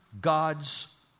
God's